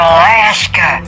Alaska